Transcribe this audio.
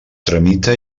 tramita